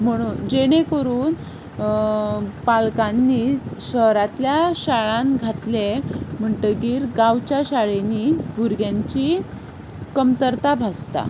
म्हणून जेणे करून पालकांनी शारांतल्या शाळान घातले म्हणटगीर गांवच्या शाळांनी भुरग्यांची कमतरता भासता